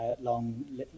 long